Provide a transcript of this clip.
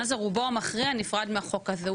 רובו המכריע נפרד מהחוק הזה.